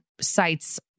sites